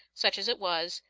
such as it was,